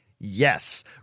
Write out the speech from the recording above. Yes